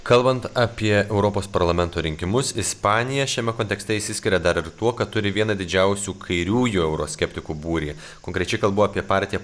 kalbant apie europos parlamento rinkimus ispanija šiame kontekste išsiskiria dar ir tuo kad turi vieną didžiausių kairiųjų euroskeptikų būrį konkrečiai kalbu apie partiją